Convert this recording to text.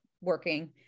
working